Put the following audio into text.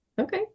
Okay